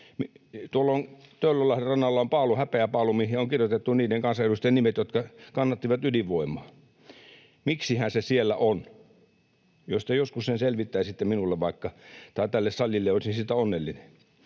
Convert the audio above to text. Tuolla Töölönlahden rannalla on paalu, häpeäpaalu, mihin on kirjoitettu niiden kansanedustajien nimet, jotka kannattivat ydinvoimaa. Miksihän se siellä on? Jos te vaikka joskus sen selvittäisitte minulle tai tälle salille, olisin siitä onnellinen.